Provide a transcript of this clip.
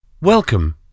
Welcome